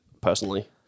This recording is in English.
personally